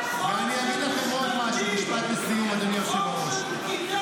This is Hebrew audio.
-- ומעולם לא הייתה הזדמנות להעביר חוק גיוס כזה.